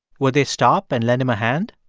would they stop and lend him a hand?